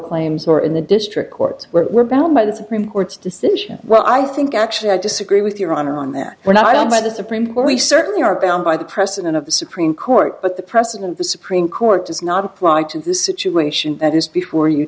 claims or in the district court where we're bound by the supreme court's decision well i think actually i disagree with your honor on that one i don't think the supreme court we certainly are bound by the precedent of the supreme court but the precedent the supreme court does not apply to the situation that is before you